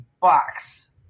box